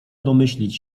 domyślić